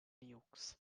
nukes